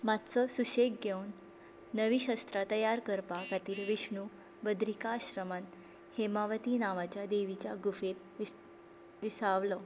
मात्सो सुशेग घेवून नवी शस्त्रां तयार करपा खातीर विष्णु बदरिका आश्रमांत हेमावती नांवाच्या देवीच्या गुफेंत विस् विसावलो